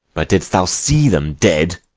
but didst thou see them dead?